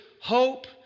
hope